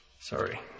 Sorry